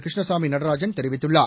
கிருஷ்ணசாமி நடராஜன் தெரிவித்துள்ளார்